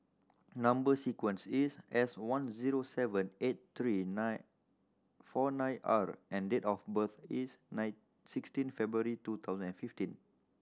number sequence is S one zero seven eight three nine four nine R and date of birth is nine sixteen February two thousand and fifteen